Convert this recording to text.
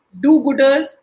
do-gooders